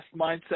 Mindset